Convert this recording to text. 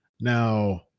Now